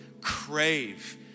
crave